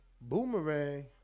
Boomerang